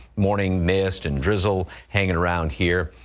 morning mist, and drizzle, hanging around here.